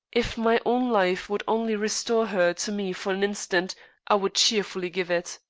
if my own life would only restore her to me for an instant i would cheerfully give it.